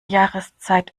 jahreszeit